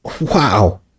Wow